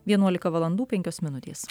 vienuolika valandų penkios minutės